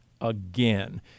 again